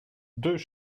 deux